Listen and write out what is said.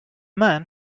man